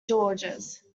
georges